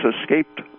escaped